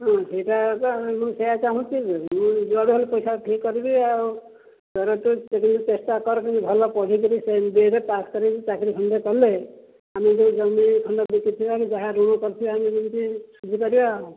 ହଁ ସେଇଟା ତ ମୁଁ ସେଇଆ ଚାହୁଁଛି ଯେ ଜୁଆଡ଼ୁ ହେଲେ ପଇସା ଠିକ୍ କରିବି ଆଉ ତୋର ତୁ ଚେଷ୍ଟା କର କେମିତି ଭଲ ପଢ଼ି କରି ଏମ୍ ବି ଏ ରେ ପାସ୍ କରିକି ଚାକିରୀ ଖଣ୍ଡେ କଲେ ଆମେ ଯେଉଁ ଜମି ଖଣ୍ଡେ ବିକି ଥିବା କି ଯାହା ଋଣ କରିଥିବା ଆମେ ଯେମିତି ସୁଝି ପାରିବା ଆଉ